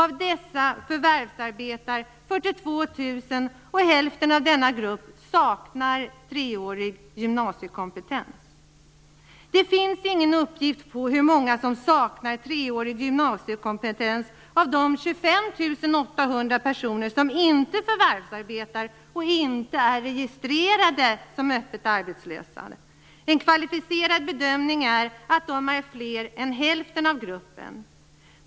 Av dessa förvärvsarbetar 42 %, och hälften av denna grupp saknar treårig gymnasiekompetens. Det finns ingen uppgift om hur många som saknar treårig gymnasiekompetens av de 25 800 personer som inte förvärvsarbetar och inte är registrerade som öppet arbetslösa. En kvalificerad bedömning är att det är fler än hälften.